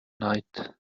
night